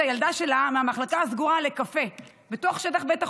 הילדה שלה מהמחלקה הסגורה לקפה בתוך שטח בית החולים,